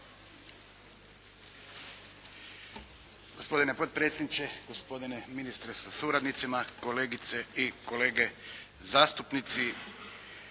gospodine potpredsjedniče, gospodine ministre, suradnici, uvažene kolegice i kolege.